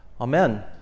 Amen